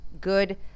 Good